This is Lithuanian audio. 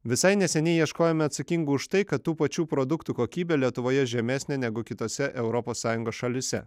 visai neseniai ieškojome atsakingų už tai kad tų pačių produktų kokybė lietuvoje žemesnė negu kitose europos sąjungos šalyse